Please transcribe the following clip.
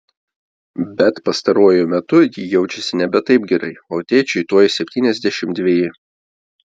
bet pastaruoju metu ji jaučiasi nebe taip gerai o tėčiui tuoj septyniasdešimt dveji